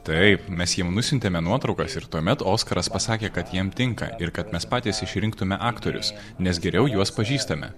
taip mes jiems nusiuntėme nuotraukas ir tuomet oskaras pasakė kad jam tinka ir kad mes patys išrinktume aktorius nes geriau juos pažįstame